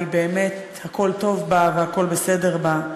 באמת הכול טוב בה והכול בסדר בה.